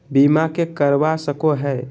बीमा के करवा सको है?